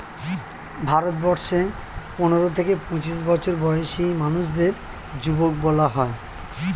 ভারতবর্ষে পনেরো থেকে পঁচিশ বছর বয়সী মানুষদের যুবক বলা হয়